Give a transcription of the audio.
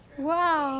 wow.